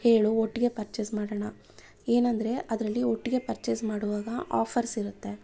ಹೇಳು ಒಟ್ಟಿಗೆ ಪರ್ಚೇಸ್ ಮಾಡೋಣ ಏನೆಂದರೆ ಅದರಲ್ಲಿ ಒಟ್ಟಿಗೆ ಪರ್ಚೇಸ್ ಮಾಡುವಾಗ ಆಫರ್ಸ್ ಇರುತ್ತೆ